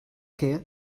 què